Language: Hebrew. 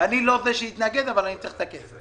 אני לא זה שאתנגד אבל אני צריך את הכסף.